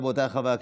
רבותיי חברי הכנסת,